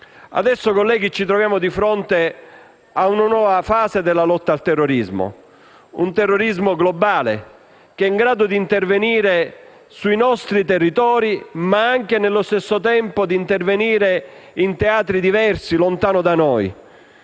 Adesso, colleghi, ci troviamo di fronte ad una nuova fase della lotta al terrorismo; un terrorismo globale che è in grado di intervenire sui nostri territori, ma al contempo anche in teatri diversi, lontano da noi.